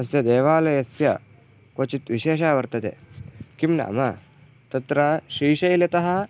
तस्य देवालयस्य क्वचित् विशेषः वर्तते किं नाम तत्र श्रीशैलतः